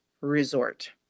resort